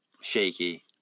shaky